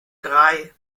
drei